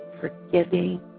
forgiving